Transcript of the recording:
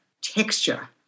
texture